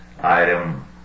item